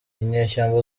inyeshyamba